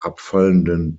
abfallenden